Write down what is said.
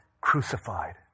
crucified